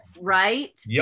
right